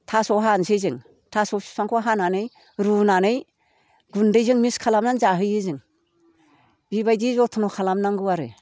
थास' हानोसै जों थास' बिफांखौ हानानै रुनानै गुन्दैजों मिक्स खालामनानै जाहोयो जों बिबायदि जथन' खालामनांगौ आरो